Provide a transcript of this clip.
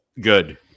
Good